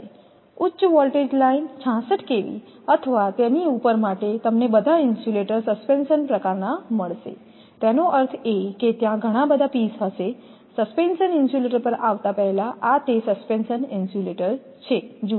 ઉચ્ચ voltage line 66 kV અથવા તેની ઉપર માટે તમને બધા ઇન્સ્યુલેટર સસ્પેન્શન પ્રકારના મળશે તેનો અર્થ એ કે ત્યાં ઘણા બધા પીસ હશે સસ્પેન્શન ઇન્સ્યુલેટર પર આવતાં પહેલાં આ તે સસ્પેન્શન ઇન્સ્યુલેટર છે જુઓ